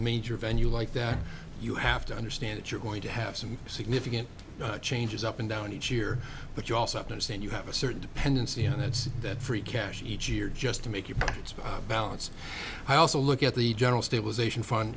major venue like that you have to understand that you're going to have some significant changes up and down each year but you also up understand you have a certain dependency and it's that free cash each year just to make you balance i also look at the general stabilization fun